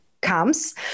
comes